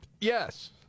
Yes